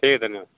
ठीक है धन्यवाद